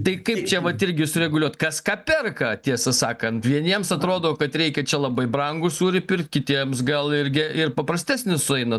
tai kaip čia vat irgi sureguliuot kas ką perka tiesą sakant vieniems atrodo kad reikia čia labai brangų sūrį pirkt kitiems gal ir ge ir paprastesnis sueina